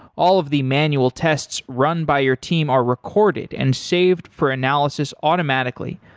all of the manual tests run by your team are recorded and saved for analysis automatically.